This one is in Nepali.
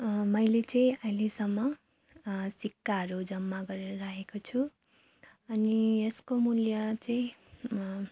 मैले चाहिँ अहिलेसम्म सिक्काहरू जम्मा गरेर राखेको छु अनि यसको मूल्य चाहिँ